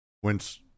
whence